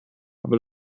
aber